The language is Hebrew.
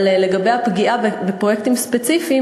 אבל לגבי הפגיעה בפרויקטים ספציפיים,